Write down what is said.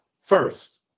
first